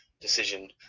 decision